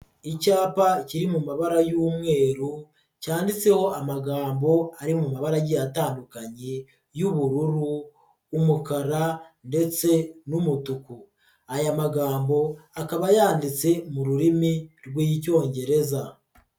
Icyapa kiri mu mabara y'umweru cyanditseho amagambo ari mu mabara agiye atandukanye y'ubururu, umukara ndetse n'umutuku, aya magambo akaba yanditse mu rurimi rw'icyongereza.